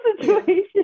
situation